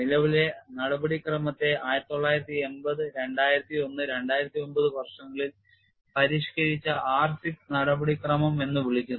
നിലവിലെ നടപടിക്രമത്തെ 1980 2001 2009 വർഷങ്ങളിൽ പരിഷ്കരിച്ച R6 നടപടിക്രമം എന്ന് വിളിക്കുന്നു